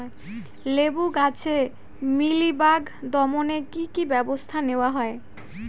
লেবু গাছে মিলিবাগ দমনে কী কী ব্যবস্থা নেওয়া হয়?